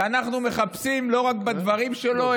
ואנחנו מחפשים לא רק בדברים שלו,